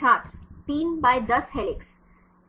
छात्र 310 हेलिक्स